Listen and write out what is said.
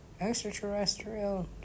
extraterrestrial